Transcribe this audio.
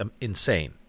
insane